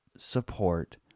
Support